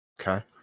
okay